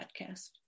podcast